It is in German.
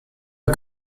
der